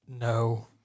No